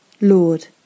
Lord